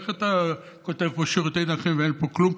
איך אתה כותב פה "שירותי נכים" ואין פה כלום?